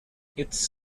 its